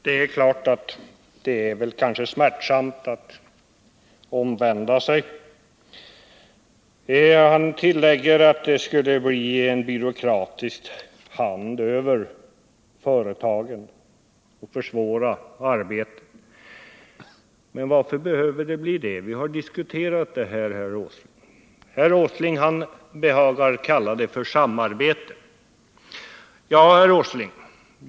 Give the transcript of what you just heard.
Det är klart att det kan vara smärtsamt att omvända sig, och herr Åsling tillägger att det skulle kunna medföra att det läggs en byråkratisk hand över företagen och att det försvårar arbetet. Men varför behöver det bli fallet? Vi har diskuterat detta, och herr Åsling behagar kallar det för samarbete.